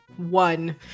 One